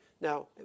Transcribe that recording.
now